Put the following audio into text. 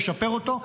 לשפר אותו,